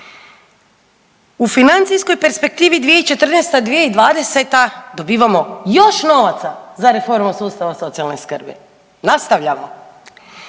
U financijskoj perspektivi 2014./2020. dobivamo još novaca za reformu sustava socijalne skrbi. Nastavljamo.